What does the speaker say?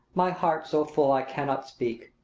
my heart's so full i cannot speak.